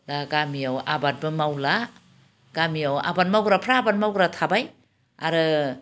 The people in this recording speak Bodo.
दा गामियाव आबादबो मावला गामियाव आबाद मावग्राफोरा आबाद मावग्रा थाबाय आरो